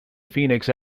phoenix